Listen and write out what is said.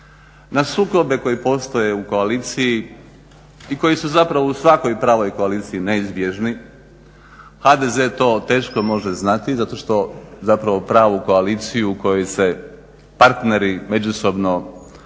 na sukobe koji postoje u koaliciji i koji su zapravo u svakoj pravoj koaliciji neizbježni, HDZ to teško može znati zato što zapravo pravu koaliciju u kojoj se partneri međusobno